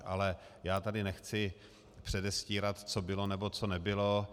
Ale já tady nechci předestírat, co bylo, nebo co nebylo.